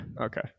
Okay